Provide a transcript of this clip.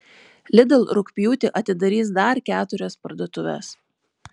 lidl rugpjūtį atidarys dar keturias parduotuves